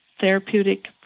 therapeutic